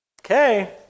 Okay